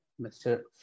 Mr